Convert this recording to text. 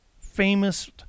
famous